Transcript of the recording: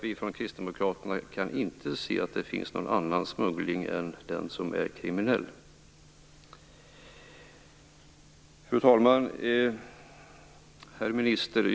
Vi kristdemokrater kan inte se att det finns någon annan smuggling än den som är kriminell. Fru talman och herr minister!